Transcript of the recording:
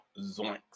Zoinks